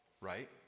right